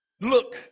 Look